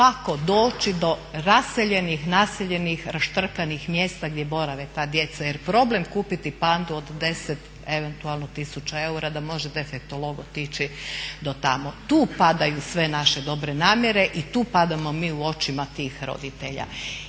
kako doći do raseljenih, naseljenih, raštrkanih mjesta gdje borave ta djeca. Jel' problem kupiti Pandu od 10 eventualno tisuća eura da može defektolog otići do tamo. Tu padaju sve naše dobre namjere i tu padamo mi u očima tih roditelja.